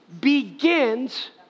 begins